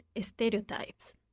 stereotypes